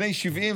בני 70,